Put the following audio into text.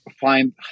find